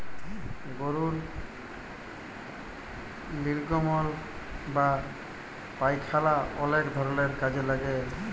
গরুর লির্গমল বা পায়খালা অলেক ধরলের কাজে লাগে